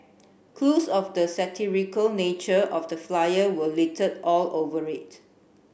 clues of the satirical nature of the flyer were littered all over it